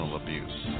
abuse